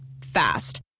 Fast